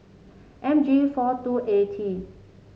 M G four two A T